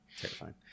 terrifying